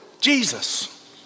Jesus